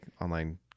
online